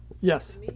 yes